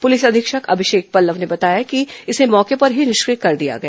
police अधीक्षक अभिषेक पल्लव ने बताया कि इसे मौके पर ही निष्क्रिय कर दिया गया